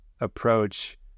approach